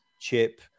chip